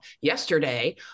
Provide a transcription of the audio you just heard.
yesterday